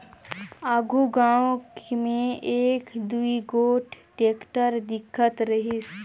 आघु गाँव मे एक दुई गोट टेक्टर दिखत रहिस